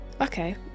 Okay